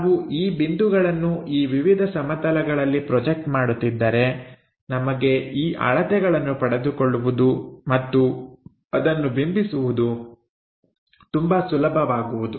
ನಾವು ಈ ಬಿಂದುಗಳನ್ನು ಈ ವಿವಿಧ ಸಮತಲಗಳಲ್ಲಿ ಪ್ರೊಜೆಕ್ಟ್ ಮಾಡುತ್ತಿದ್ದರೆ ನಮಗೆ ಈ ಅಳತೆಗಳನ್ನು ಪಡೆದುಕೊಳ್ಳುವುದು ಮತ್ತು ಅದನ್ನು ಬಿಂಬಿಸುವುದು ತುಂಬಾ ಸುಲಭವಾಗುವುದು